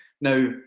Now